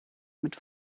mit